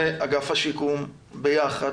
ואגף השיקום ביחד,